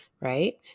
right